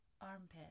armpit